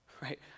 Right